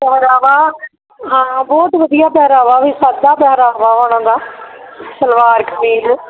ਪਹਿਰਾਵਾ ਹਾਂ ਬਹੁਤ ਵਧੀਆ ਪਹਿਰਾਵਾ ਵੀ ਸਾਦਾ ਪਹਿਰਾਵਾ ਉਹਨਾਂ ਦਾ ਸਲਵਾਰ ਕਮੀਜ਼